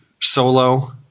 Solo